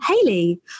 Hayley